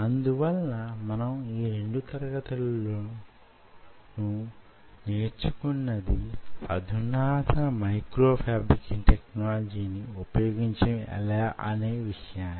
అందువలన మనం యీ రెండు తరగతులలో ను నేర్చుకున్నది అధునాతన మైక్రో ఫ్యాబ్రికేషన్ టెక్నాలజీ ని ఉపయోగించడం ఎలా అనే విషయాన్ని